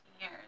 years